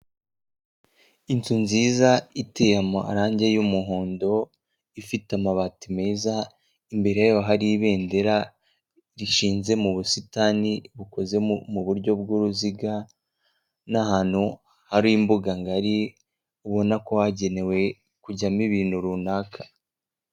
Inzu nziza iteye amarangi y'umuhondo ifite amabati meza imbere ya hari ibendera rishinze mu busitani bukozemo mu buryo bw'uruziga n'ahantu hari imbuga ngari ubona ko hagenewe kujyamo ibintu runaka.